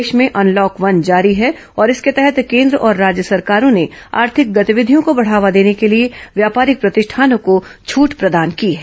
देश में unlock one जारी है और इसके तहत केंद्र और राज्य सरकारों ने आर्थिक गतिविधियों को बढ़ावा देने के लिए व्यापारिक प्रतिष्ठानों को छूट प्रदान की है